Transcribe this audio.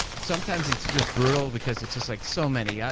sometimes it's just brutal because it's just like so many. yeah